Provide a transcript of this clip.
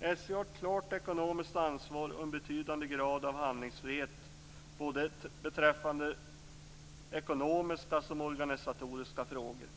SJ har ett klart ekonomiskt ansvar och en betydande grad av handlingsfrihet både beträffande ekonomiska och organisatoriska frågor.